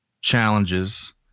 challenges